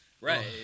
Right